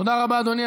תודה רבה, אדוני.